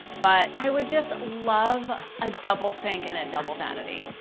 but i would just love a double sink and a double vanity.